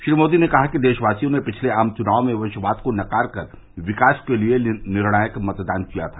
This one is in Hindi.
श्री मोदी ने कहा है कि देशवासियों ने पिछले आम चुनाव में वंशवाद को नकार कर विकास के लिए निर्णायक मतदान किया था